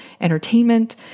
entertainment